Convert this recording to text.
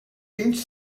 genç